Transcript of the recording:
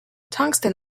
tungsten